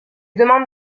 demandes